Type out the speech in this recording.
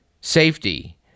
safety